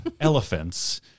elephants